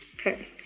Okay